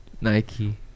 Nike